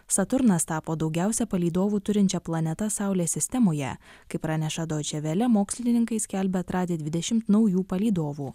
saturnas tapo daugiausiai palydovų turinčia planeta saulės sistemoje kaip praneša doičiavele mokslininkai skelbia atradę dvidešimt naujų palydovų